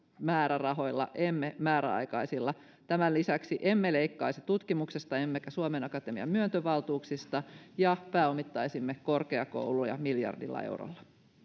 määrärahoilla emme määräaikaisilla tämän lisäksi emme leikkaisi tutkimuksesta emmekä suomen akatemian myöntövaltuuksista ja pääomittaisimme korkeakouluja miljardilla eurolla